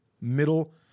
Middle